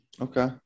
Okay